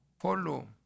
follow